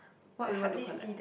what would you want to collect